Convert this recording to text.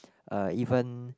uh even